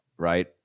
Right